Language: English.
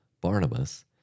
Barnabas